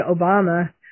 Obama